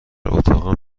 اتاقم